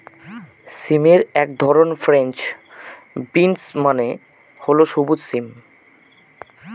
সিমের এক ধরন ফ্রেঞ্চ বিনস মানে হল সবুজ সিম